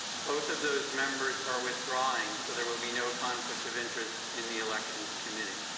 both of those members are withdrawing so there will be no conflict of interest in the elections committee.